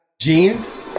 Jeans